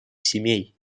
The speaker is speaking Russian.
семей